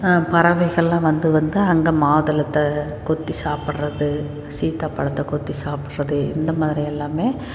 பறவைகள்லாம் வந்து வந்து அந்த மாதுளத்தை கொத்தி சாப்பிட்றது சீத்தாபழத்தை கொத்தி சாப்பிட்றது இந்தமாதிரி எல்லாம்